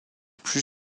plus